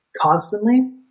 constantly